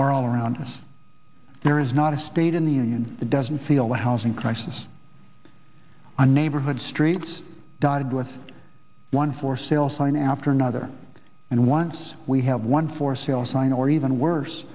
are all around us there is not a state in the union that doesn't feel the housing crisis a neighborhood streets dotted with one for sale sign after another and once we have one for sale sign or even worse